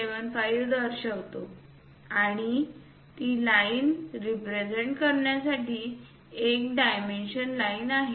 75 दर्शवितो आणि ती लाईन रिप्रेझेंट करण्यासाठी एक डायमेन्शन लाईन आहे